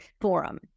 forum